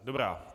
Dobrá.